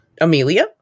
Amelia